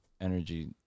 energy